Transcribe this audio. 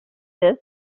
this